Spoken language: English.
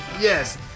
Yes